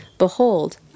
Behold